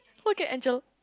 look at Angle